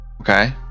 Okay